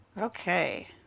Okay